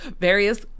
various